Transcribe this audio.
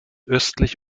östlich